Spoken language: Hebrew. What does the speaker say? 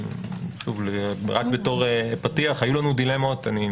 בתור פתיח, היו לנו דילמות.